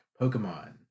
Pokemon